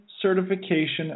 certification